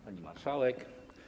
Pani Marszałek!